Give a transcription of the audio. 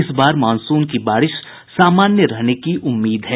इस बार मॉनसून की बारिश सामान्य रहने की सम्भावना है